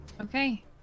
Okay